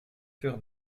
furent